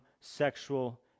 sexual